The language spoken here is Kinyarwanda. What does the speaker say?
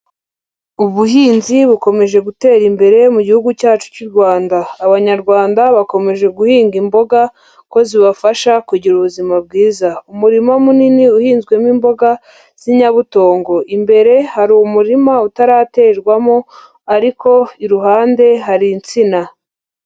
Ubuhinzi bukomeje gutera imbere mu gihugu cyacu cy'u Rwanda, Abanyarwanda bakomeje guhinga imboga kuko zibafasha kugira ubuzima bwiza, umurima munini uhinzwemo imboga z'inyabutongo, imbere hari umurima utaraterwamo ariko iruhande hari insina.